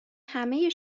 همه